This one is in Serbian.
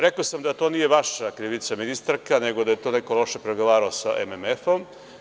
Rekao sam da to nije vaša krivica, ministarka, nego da je to neko loše pregovarao sa MMF-om.